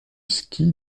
ski